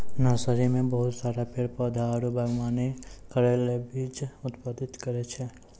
nursery मे बहुत सारा पेड़ पौधा आरु वागवानी करै ले बीज उत्पादित करै छै